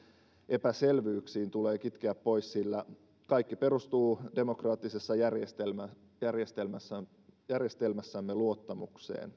epäselvyyksiin tulee kitkeä pois sillä kaikki perustuu demokraattisessa järjestelmässämme luottamukseen